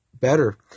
better